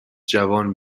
جوان